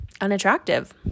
unattractive